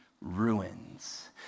ruins